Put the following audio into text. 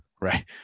right